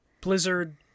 Blizzard